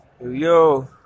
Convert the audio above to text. Yo